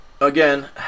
Again